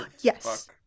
Yes